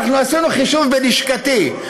אנחנו עשינו חישוב בלשכתי,